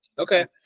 Okay